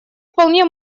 вполне